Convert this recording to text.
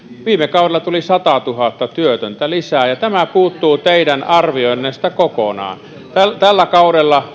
viime kaudella tuli satatuhatta työtöntä lisää ja tämä puuttuu teidän arvioinneistanne kokonaan tällä tällä kaudella